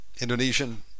Indonesian